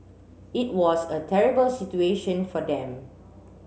it was a terrible situation for them